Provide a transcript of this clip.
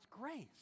grace